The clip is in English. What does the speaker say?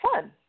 fun